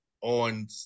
on